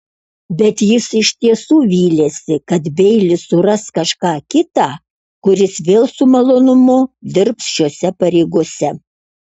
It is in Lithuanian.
bet jis iš tiesų vylėsi kad beilis suras kažką kitą kuris vėl su malonumu dirbs šiose pareigose